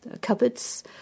cupboards